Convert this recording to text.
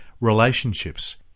relationships